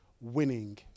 winning